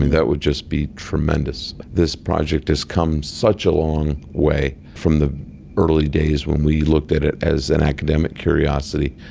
that would just be tremendous. this project has come such a long way from the early days when we looked at it as an academic curiosity.